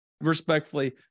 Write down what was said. respectfully